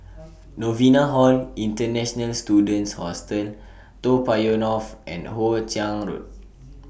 Novena Hall International Students Hostel Toa Payoh North and Hoe Chiang Road